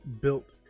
built